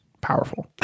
powerful